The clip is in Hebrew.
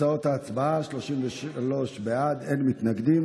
תוצאות ההצבעה: 33 בעד, אין מתנגדים.